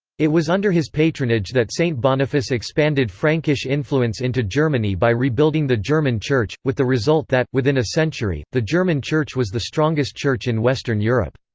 it was under his patronage that saint boniface expanded frankish influence into germany by rebuilding the german church, with the result that, within a century, the german church was the strongest church in western europe.